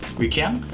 we can.